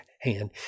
hand